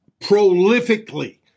prolifically